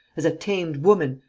as a tamed woman,